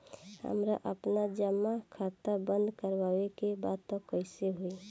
हमरा आपन जमा खाता बंद करवावे के बा त कैसे होई?